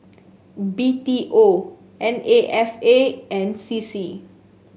B T O N A F A and C C